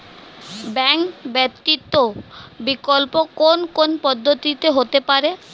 Bank ব্যতীত বিকল্প কোন কোন পদ্ধতিতে হতে পারে?